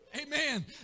Amen